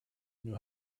knew